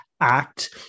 act